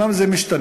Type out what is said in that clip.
אומנם זה משתנה,